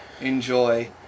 enjoy